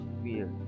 fear